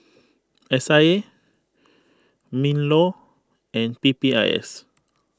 S I A MinLaw and P P I S